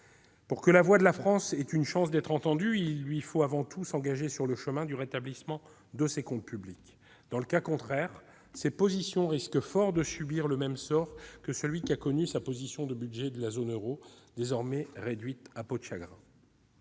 Pour que la voix de la France ait une chance d'être entendue, il faut avant tout que notre pays s'engage sur le chemin du rétablissement de ses comptes publics. Dans le cas contraire, ses positions risquent fort de subir le même sort que celui qu'a connu sa proposition de budget de la zone euro, désormais réduite à peau de chagrin.